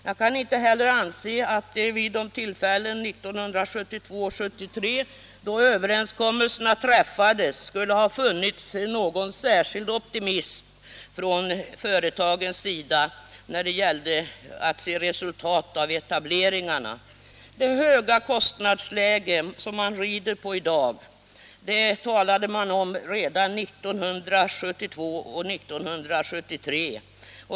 Jag kan inte heller anse att det vid de tillfällen 1972 och 1973, då överenskommelserna träffades, skulle ha funnits någon särskild optimism från företagens sida när det gällde att se resultat av etableringarna. Det höga kostnadsläge som man i dag rider på talade man om redan 1972 och 1973.